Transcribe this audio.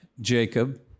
Jacob